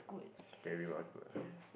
scary but good ah